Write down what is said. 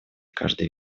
каждый